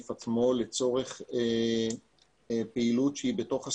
הסניף עצמו לצורך פעילות שהיא בתוך הסניף,